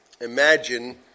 Imagine